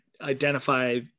identify